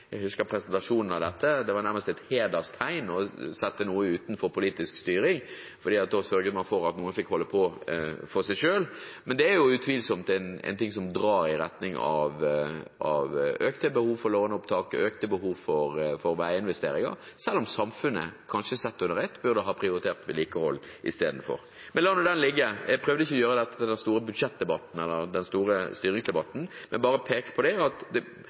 da sørget man for at noen fikk holde på for seg selv. Men det er utvilsomt en ting som drar i retning av økte behov for låneopptak, økte behov for veiinvesteringer, selv om kanskje samfunnet sett under ett burde prioritert vedlikehold istedenfor. Men la nå det ligge. Jeg prøvde ikke å gjøre dette til den store budsjettdebatten eller den store styringsdebatten, men bare peke på at vi bør problematisere akkurat dette med hvor trenger vi tilsyn, og hvor vi ikke trenger det.